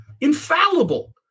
Infallible